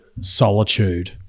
solitude